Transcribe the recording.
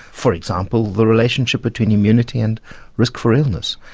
for example the relationship between immunity and risk for illness.